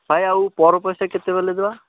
ଭାଇ ଆଉ ପର ପଇସା କେତେବେଲେ ଦେବା